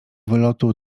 wylotu